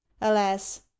alas